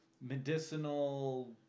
medicinal